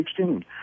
16